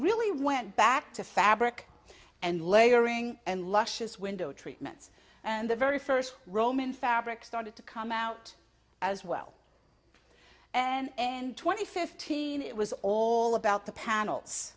really went back to fabric and layering and luscious window treatments and the very first roman fabrics started to come out as well and then twenty fifteen it was all about the panels